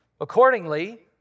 accordingly